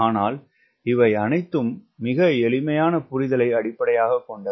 ஆனால் இவை அனைத்தும் மிகவும் எளிமையான புரிதலை அடிப்படையாகக் கொண்டவை